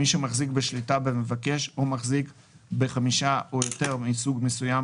מי שמחזיק בשליטה במבקש או מחזיק ב-5% או יותר מסוג מסוים